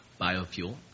biofuel